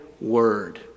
word